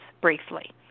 briefly